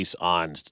on